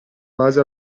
base